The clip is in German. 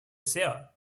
sehr